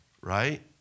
right